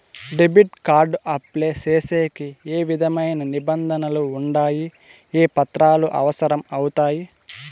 Debit card apply సేసేకి ఏ విధమైన నిబంధనలు ఉండాయి? ఏ పత్రాలు అవసరం అవుతాయి?